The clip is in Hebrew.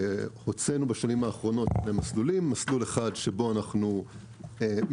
הוצאנו בשנים האחרונות שני מסלולים: מסלול אחד שבו אנחנו מממנים